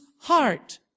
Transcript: heart